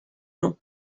long